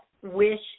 wish